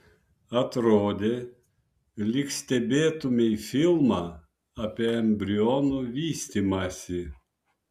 atrodė lyg stebėtumei filmą apie embrionų vystymąsi